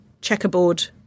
checkerboard